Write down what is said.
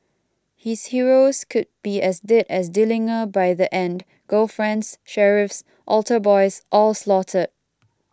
his heroes could be as dead as Dillinger by the end girlfriends sheriffs altar boys all slaughtered